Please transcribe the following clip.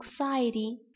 anxiety